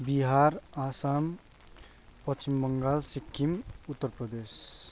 Bihar Assam Paschim Bengal Sikkim Uttar Pradesh